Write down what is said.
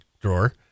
drawer